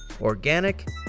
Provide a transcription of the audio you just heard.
organic